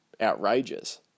outrageous